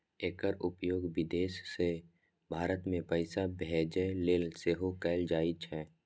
एकर उपयोग विदेश सं भारत मे पैसा भेजै लेल सेहो कैल जाइ छै